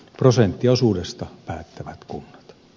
prosenttiosuudesta päättävät kunnat